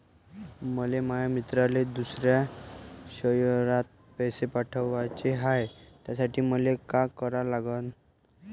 मले माया मित्राले दुसऱ्या शयरात पैसे पाठवाचे हाय, त्यासाठी मले का करा लागन?